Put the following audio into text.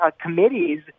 committees